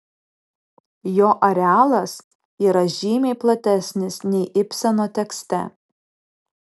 jo arealas yra žymiai platesnis nei ibseno tekste